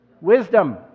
Wisdom